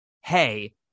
hey